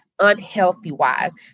unhealthy-wise